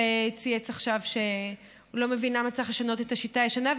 שצייץ עכשיו שהוא לא מבין למה צריך לשנות את השיטה הישנה,